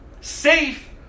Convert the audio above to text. safe